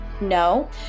No